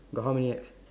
got how many X